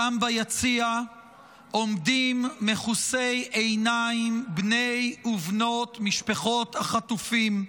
שם ביציע עומדים מכוסי עיניים בני ובנות משפחות החטופים.